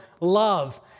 love